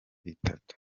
itatu